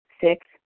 Six